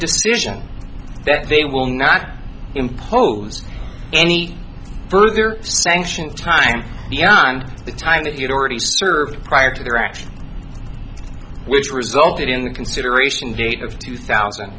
decision that they will not impose any further sanctions time beyond the time that you've already served prior to their action which resulted in the consideration date of two thousand